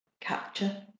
Capture